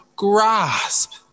grasp